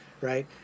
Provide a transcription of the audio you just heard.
Right